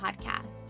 podcast